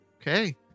Okay